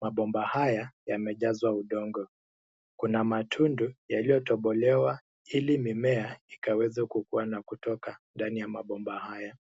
Mabomba haya yamejazwa udongo. Kuna matundu yaliyotobolewa ili mimea ikaweze kukua na kutoka ndani ya mabomba haya.